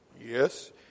Yes